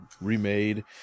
remade